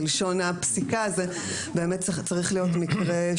בלשון הפסיקה זה באמת צריך להיות מקרה,